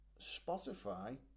Spotify